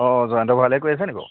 অ জয়ন্ত ভৰালীয়ে কৈ আছেনি বাৰু